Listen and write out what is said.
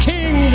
King